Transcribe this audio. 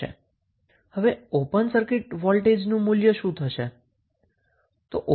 હવે open circuit વોલ્ટેજનું મૂલ્ય શું હશે